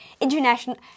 International